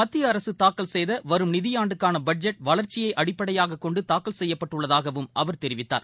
மத்திய அரசு தாக்கல் செய்த வரும் நிதியாண்டுக்கான பட்ஜெட் வளர்ச்சியை அடிப்படையாகக் கொண்டு தாக்கல் செய்யப்பட்டுள்ளதாகவும் அவர் தெரிவித்தார்